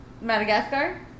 Madagascar